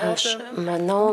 aš manau